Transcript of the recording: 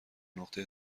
نقطه